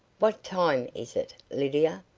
what time is it, lydia?